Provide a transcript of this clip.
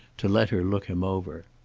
to let her look him over.